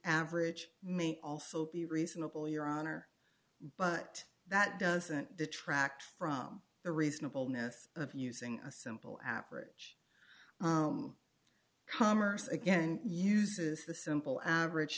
average may also be reasonable your honor but that doesn't detract from the reasonableness of using a simple average commerce again uses the simple average